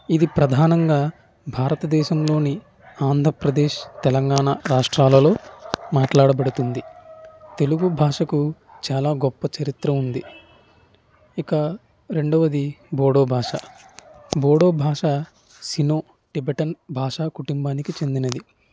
ఇది ప్రధానంగా భారతదేశంలోని ఆంధ్రప్రదేశ్ తెలంగాణ రాష్ట్రాలలో మాట్లాడబడుతుంది తెలుగు భాషకు చాలా గొప్ప చరిత్ర ఉంది ఇక రెండవది బోడో భాష బోడో భాష సినో టిబటన్ భాషా కుటుంబానికి చెందినది